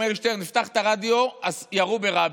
והוא אומר לי: שטרן, פתח את הרדיו, ירו ברבין.